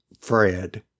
Fred